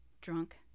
Drunk